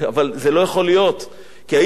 כי הייתי בדצמבר בשנה שעברה,